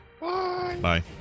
bye